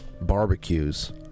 barbecues